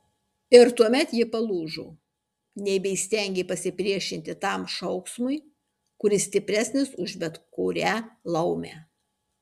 ir tuomet ji palūžo nebeįstengė pasipriešinti tam šauksmui kuris stipresnis už bet kurią laumę